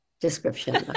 description